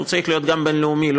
שצריך להיות גם בין-לאומי,